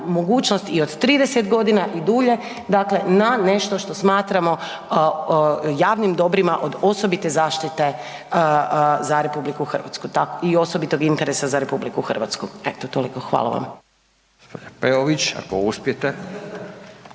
mogućnost i od 30 godina i dulje, dakle na nešto što smatramo javnim dobrima od osobite zaštite za RH tako i osobitog interesa za RH. Eto toliko, hvala vam.